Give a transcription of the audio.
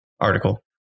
article